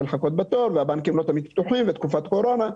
לחכות בתור והבנקים לא תמיד פתוחים ותקופת קורונה.